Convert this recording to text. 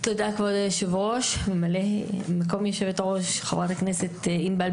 בתוך מערכות החינוך,